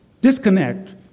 disconnect